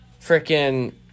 Frickin